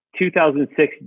2006